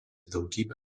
daugybė